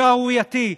השערורייתי,